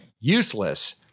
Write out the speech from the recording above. useless